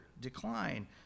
decline